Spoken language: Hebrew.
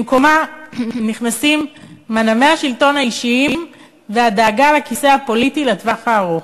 במקומן נכנסים מנעמי השלטון האישיים והדאגה לכיסא הפוליטי לטווח הארוך.